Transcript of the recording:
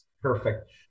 Perfect